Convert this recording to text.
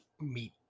meet